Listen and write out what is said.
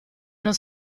non